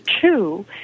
two